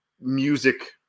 music